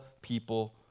people